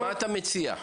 מה אתה מציע?